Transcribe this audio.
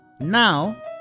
Now